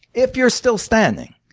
if you're still standing,